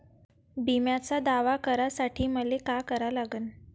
बिम्याचा दावा करा साठी मले का करा लागन?